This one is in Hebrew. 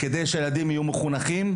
כדי שהילדים יהיו מחונכים,